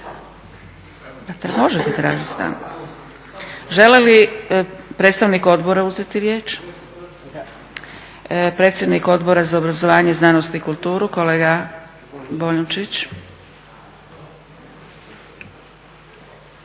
Možete tražiti stanku. Želi li predstavnik odbora uzeti riječ? Predsjednik Odbora za obrazovanje, znanost i kulturu kolega Boljunčić.